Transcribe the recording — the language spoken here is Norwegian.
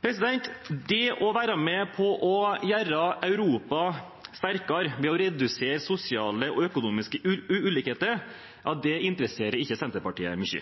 det bedre i denne saken. Det å være med på å gjøre Europa sterkere ved å redusere sosiale og økonomiske ulikheter interesserer ikke Senterpartiet mye.